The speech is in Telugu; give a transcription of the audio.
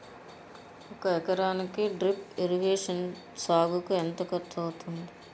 ఒక ఎకరానికి డ్రిప్ ఇరిగేషన్ సాగుకు ఎంత ఖర్చు అవుతుంది?